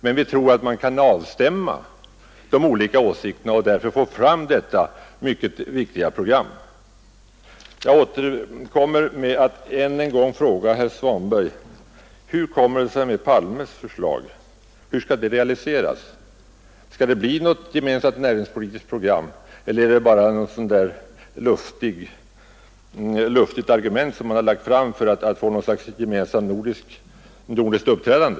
Men vi tror att man kan avstämma de olika åsikterna och få fram ett gemensamt program, vilket jag anser vara mycket viktigt. Så vill jag än en gång fråga herr Svanberg: Hur skall herr Palmes förslag realiseras? Skall det bli ett gemensamt näringspolitiskt program för Norden? Eller är det bara fråga om ett luftigt resonemang för att markera intresse för något slags gemensamt nordiskt uppträdande?